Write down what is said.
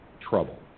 trouble